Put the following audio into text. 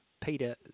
Peter